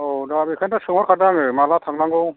औ दा बेनिखायनोथ' सोंहरखादों आङो माब्ला थांनांगौ